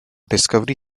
discovery